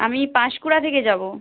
আমি পাঁশকুড়া থেকে যাব